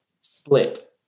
split